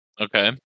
okay